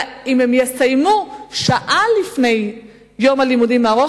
אם הם יסיימו שעה לפני סיום יום הלימודים הארוך,